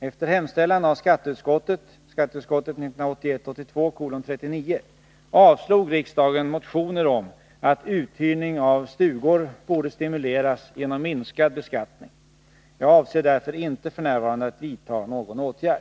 Efter hemställan av skatteutskottet, SkU 1981/82:39, avslog riksdagen motioner om att uthyrning av stugor borde stimuleras genom minskad beskattning. Jag avser därför inte f. n. att vidta någon åtgärd.